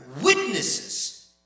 witnesses